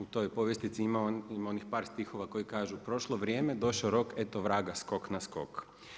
U toj povjestici ima onih par stihova koji kažu, „Prošlo vrijeme, došao rok, eto vraga, skok na skok.